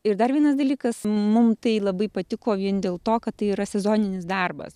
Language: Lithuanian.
ir dar vienas dalykas mum tai labai patiko vien dėl to kad tai yra sezoninis darbas